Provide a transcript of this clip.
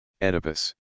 Oedipus